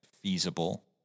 feasible